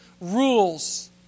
rules